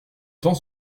temps